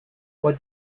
what